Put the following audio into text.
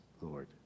Lord